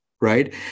right